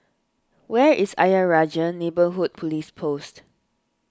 where is Ayer Rajah Neighbourhood Police Post